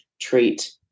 treat